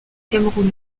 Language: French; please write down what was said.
cameroun